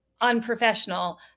unprofessional